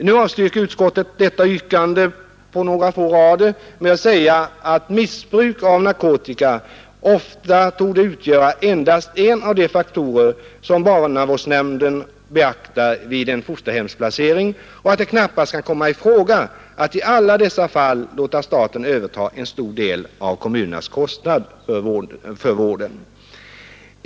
Nu avstyrker socialutskottet detta yrkande på några få rader med att säga att ”missbruk av narkotika ofta torde utgöra endast en av de faktorer som barnavårdsnämnden beaktar vid en fosterbarnsplacering och att det knappast kan komma i fråga att i alla dessa fall låta staten överta en stor del av kommunernas kostnad för vården”.